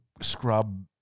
scrub